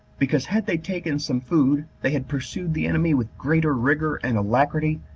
because, had they taken some food, they had pursued the enemy with greater rigor and alacrity,